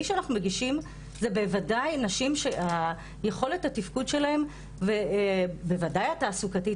מי שאנחנו מגישים זה בוודאי נשים שהיכולת התפקוד שלהן בוודאי התעסוקתית,